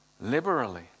liberally